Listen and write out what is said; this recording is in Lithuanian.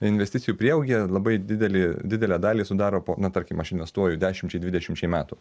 investicijų prieaugyje labai didelį didelę dalį sudaro po na tarkim aš investuoju dešimčiai dvidešimčiai metų